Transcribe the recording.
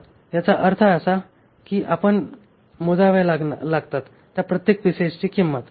तर याचा अर्थ असा आहे की आपण मोजावे लागतात त्या प्रत्येक पिसची किंमत